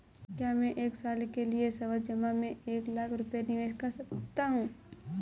क्या मैं एक साल के लिए सावधि जमा में एक लाख रुपये निवेश कर सकता हूँ?